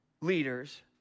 leaders